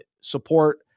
support